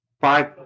five